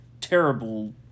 terrible